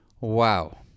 Wow